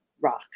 rock